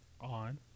On